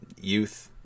youth